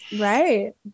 Right